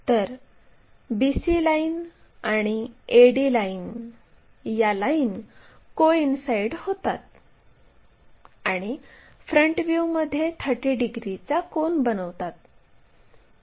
तर BC line आणि AD line या लाईन कोईनसाईड होतात आणि फ्रंट व्ह्यूमध्ये 30 डिग्रीचा कोन बनवतात